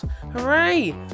hooray